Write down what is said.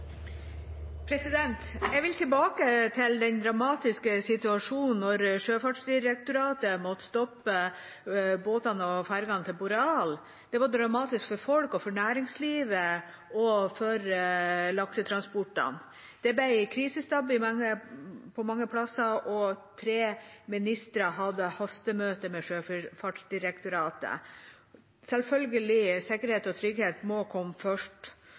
til Boreal. Det var dramatisk for folk, for næringslivet og for laksetransportene. Det ble krisestab på mange plasser, og tre ministre hadde hastemøte med Sjøfartsdirektoratet. Selvfølgelig må sikkerhet og trygghet komme først,